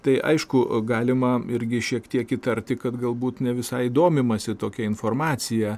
tai aišku galima irgi šiek tiek įtarti kad galbūt ne visai domimasi tokia informacija